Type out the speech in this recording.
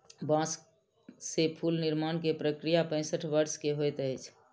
बांस से फूल निर्माण के प्रक्रिया पैसठ वर्ष के होइत अछि